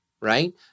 right